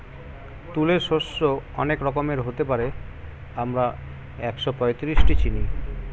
তুলে শস্য অনেক রকমের হতে পারে, আমরা একশোপঁয়ত্রিশটি চিনি